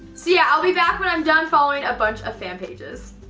so yeah, i'll be back when i'm done following a bunch of fan pages.